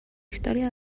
història